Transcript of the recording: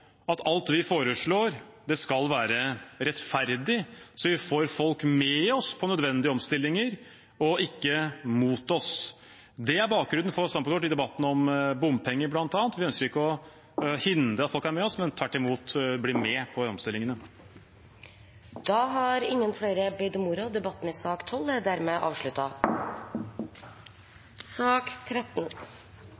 at alt vi foreslår, skal være rettferdig, så vi får folk med oss på nødvendige omstillinger – ikke mot oss. Det er bakgrunnen for standpunktet vårt i debatten om bl.a. bompenger. Vi ønsker ikke å hindre at folk er med oss, men tvert imot at de blir med på omstillingene. Flere har ikke bedt om ordet til sak nr. 12. Etter ønske fra energi- og